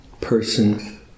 person